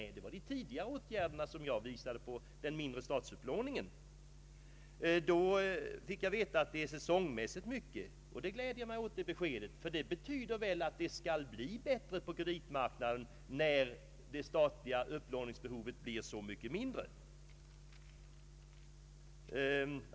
Jag tänkte på de åtgärder som vidtagits redan tidigare i form av en minskad statlig upplåning. Finansministern upplyste att upplåningen är säsongsmässigt hög, vilket jag fann glädjande, ty det betyder väl att det skall bli bättre på kreditmarknaden när det statliga upplåningsbehovet blir mindre.